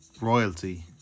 royalty